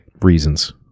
reasons